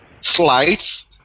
slides